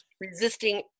resisting